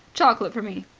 chocolate for me,